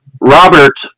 Robert